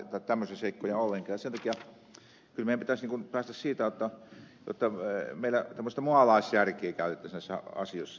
sen takia kyllä meidän pitäisi päästä siihen jotta meillä tämmöistä mualaisjärkee käytettäisiin näissä asioissa